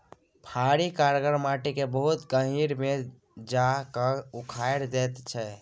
फारी करगर माटि केँ बहुत गहींर मे जा कए उखारि दैत छै